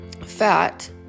fat